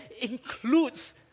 includes